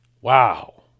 Wow